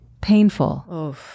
painful